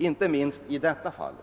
regeringen i detta avseende.